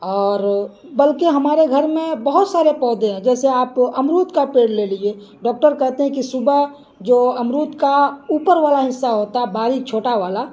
اور بلکہ ہمارے گھر میں بہت سارے پودے ہیں جیسے آپ امرود کا پیڑ لے لیجیے ڈاکٹر کہتے ہیں کہ صبح جو امرود کا اوپر والا حصہ ہوتا ہے باریک چھوٹا والا